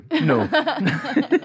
No